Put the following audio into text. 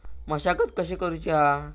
मशागत कशी करूची हा?